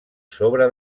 sobre